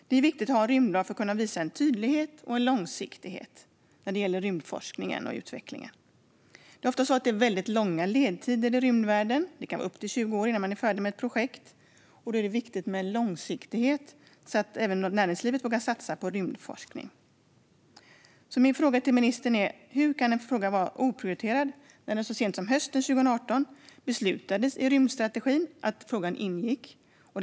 Det är viktigt att ha en rymdlag för att kunna visa tydlighet och långsiktighet när det gäller rymdforskningen och utvecklingen. Det är ofta väldigt långa ledtider i rymdvärlden. Det kan ta upp till 20 år innan man är färdig med ett projekt. Då är det viktigt med långsiktighet, så att även näringslivet vågar satsa på rymdforskning. Mina frågor till ministern är: Hur kan frågan vara oprioriterad när det så sent som hösten 2018 beslutades att detta skulle ingå i rymdstrategin?